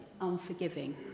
unforgiving